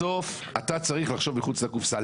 בסוף, אתה צריך לחשוב מחוץ לקופסה.